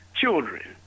children